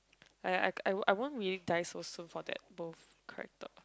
I I I won't I won't really die so soon for that both character